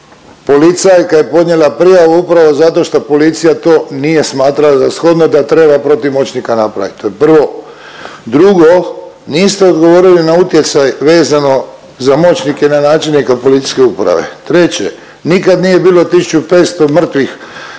Policija i kad bi podnijela prijavu upravo zato što policija to nije smatrala za shodno da je trebala protiv moćnika napraviti. To je prvo. Drugo, niste odgovorili na utjecaj vezano za moćnike na načelnika policijske uprave. Treće, nikad nije bilo 1.500 mrtvih